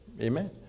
Amen